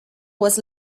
was